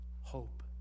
hope